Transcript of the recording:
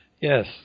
Yes